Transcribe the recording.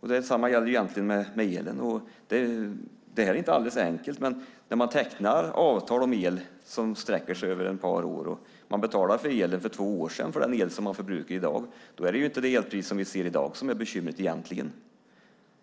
Detsamma gäller egentligen elen. Det är inte alldeles enkelt. När man tecknar avtal om el som sträcker sig över ett par år och för två år sedan betalade för den el som man förbrukar i dag, då är det egentligen inte det elpris vi ser i dag som är bekymret,